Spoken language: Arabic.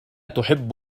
تحب